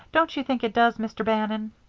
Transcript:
don't you think it does, mr. bannon?